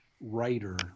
writer